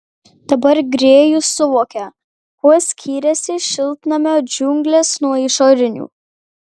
dabar grėjus suvokė kuo skyrėsi šiltnamio džiunglės nuo išorinių